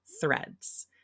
threads